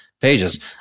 pages